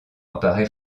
apparaît